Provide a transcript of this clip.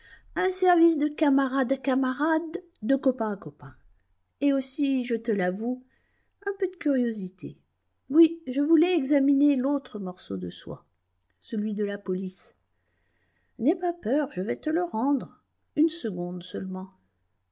un service de camarade à camarade de copain à copain et aussi je te l'avoue un peu de curiosité oui je voulais examiner l'autre morceau de soie celui de la police n'aie pas peur je vais te le rendre une seconde seulement